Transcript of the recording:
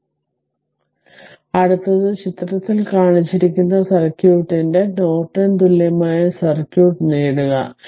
അതിനാൽ അടുത്തത് ചിത്രത്തിൽ കാണിച്ചിരിക്കുന്ന സർക്യൂട്ടിന്റെ നോർട്ടൺ തുല്യമായ സർക്യൂട്ട് നേടുക